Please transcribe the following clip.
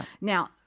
Now